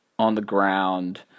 on-the-ground